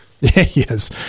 Yes